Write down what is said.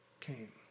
came